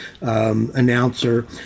announcer